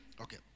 Okay